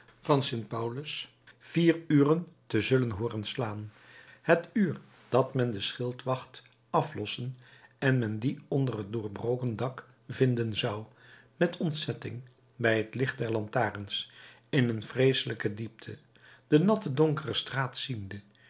van st paulus vier uren te zullen hooren slaan het uur dat men den schildwacht aflossen en men dien onder het doorgebroken dak vinden zou met ontzetting bij het licht der lantaarns in een vreeselijke diepte de natte donkere straat ziende